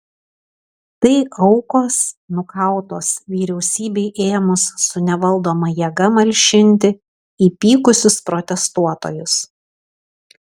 tai aukos nukautos vyriausybei ėmus su nevaldoma jėga malšinti įpykusius protestuotojus